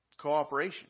cooperation